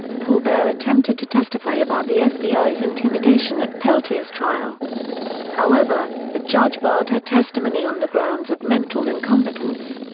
poor bear attempted to testify about the fbi's intimidation at peltier's trial however, the judge barred her testimony on the grounds of mental incompetence.